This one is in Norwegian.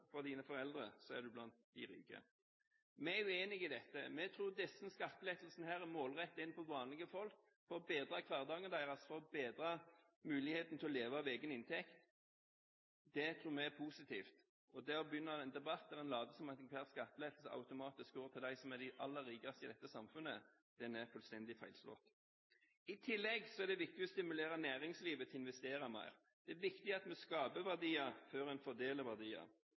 fra dine foreldre, er du blant de rike. Vi er uenig i dette. Vi tror disse skattelettelsene målrettet inn på vanlige folk for å bedre hverdagen deres og for å bedre muligheten til å leve av egen inntekt, er positive. Det å begynne en debatt hvor en later som at enhver skattelettelse automatisk går til dem som er aller rikest i dette samfunnet, er fullstendig feilslått. I tillegg er det viktig å stimulere næringslivet til å investere mer. Det er viktig at vi skaper verdier før en fordeler verdier.